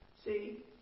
See